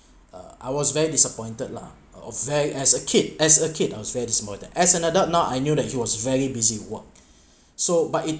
uh I was very disappointed lah affair as a kid as a kid I was very disappointed as an adult now I knew that he was very busy work so but it